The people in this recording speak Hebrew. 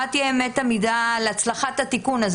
מה תהיה אמת המידה להצלחת התיקון הזה?